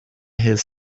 his